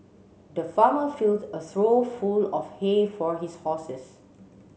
the farmer filled a trough full of hay for his horses